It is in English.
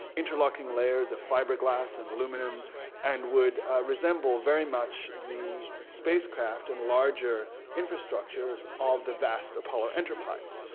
interlocking layers of fiberglass and aluminum and would resemble very much the spacecraft and larger infrastructures of the vast apollo enterprise.